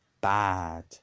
bad